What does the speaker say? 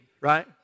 right